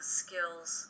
skills